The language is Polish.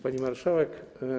Pani Marszałek!